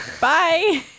Bye